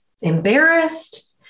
embarrassed